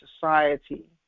society